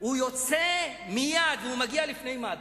הוא יוצא מייד ומגיע לפני מד"א.